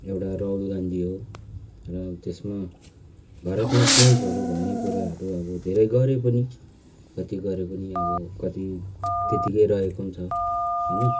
एउटा राहुल गान्धी हो र त्यसमा भारतमा चेन्जहरू भन्ने कुराहरू अब धेरै गऱ्यो पनि कति गऱ्यो पनि अब कति त्यतिकै रहेको पनि छ होइन